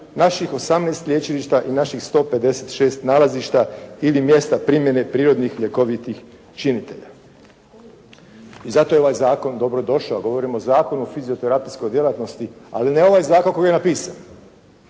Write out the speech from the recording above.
naših 18 lječilišta i naših 156 nalazišta ili mjesta primjene prirodnih ljekovitih činitelja. I zato je ovaj zakon dobro došao, govorim o Zakonu o fizioterapeutskoj djelatnosti, ali ne ovaj zakona ovako kako je napisan.